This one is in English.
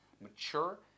mature